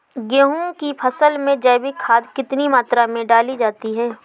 गेहूँ की फसल में जैविक खाद कितनी मात्रा में डाली जाती है?